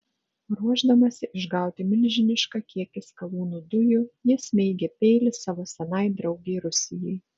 ruošdamasi išgauti milžinišką kiekį skalūnų dujų ji smeigia peilį savo senai draugei rusijai